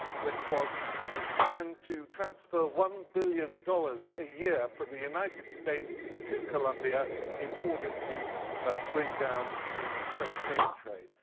which was a plan to transfer one billion dollars a year from the united states to columbia in order to ah bring down the cocaine trade.